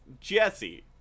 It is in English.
Jesse